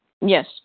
Yes